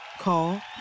Call